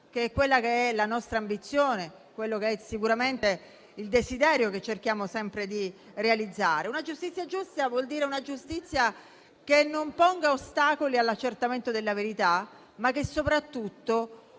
Questa è la nostra ambizione, il desiderio che cerchiamo sempre di realizzare. Una giustizia giusta vuol dire una giustizia che non ponga ostacoli all'accertamento della verità, e che soprattutto